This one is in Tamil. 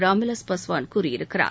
ராம்விலாஸ் பாஸ்வான் கூறியிருக்கிறார்